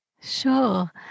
Sure